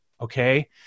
Okay